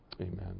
Amen